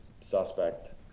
suspect